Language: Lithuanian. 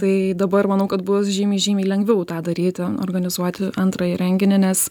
tai dabar manau kad bus žymiai žymiai lengviau tą daryti organizuoti antrąjį renginį nes